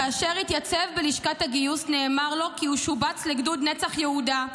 כאשר התייצב בלשכת הגיוס נאמר לו כי הוא שובץ לגדוד נצח יהודה,